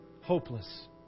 hopeless